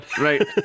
right